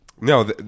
No